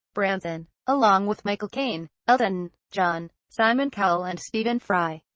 branson, along with michael caine, elton john, simon cowell and stephen fry,